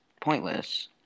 pointless